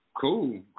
Cool